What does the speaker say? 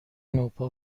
نوپا